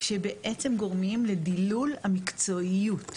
שבעצם גורמים לדילול המקצועיות.